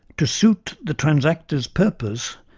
to suit the transactors purpose,